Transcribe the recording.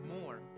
more